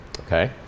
Okay